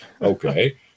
Okay